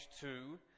two